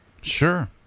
Sure